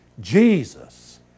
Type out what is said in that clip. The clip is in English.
Jesus